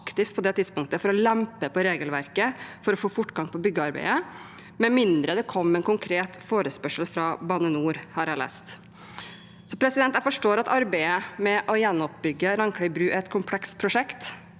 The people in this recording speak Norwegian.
for å lempe på regelverket for å få fortgang i byggearbeidet, med mindre det kom en konkret forespørsel fra Bane NOR, har jeg lest. Jeg forstår at arbeidet med å gjenoppbygge Randklev bru er et komplekst prosjekt.